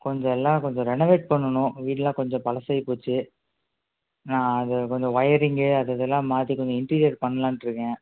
கொஞ்சம் எல்லாம் கொஞ்சம் ரெனவேட் பண்ணணும் வீடு எல்லாம் கொஞ்சம் பழசாகி போச்சு நான் அதை கொஞ்சம் வொயரிங்கு அது இதெல்லாம் மாற்றி கொஞ்சம் இன்டீரியர் பண்ணலான்ருக்கேன்